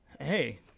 Hey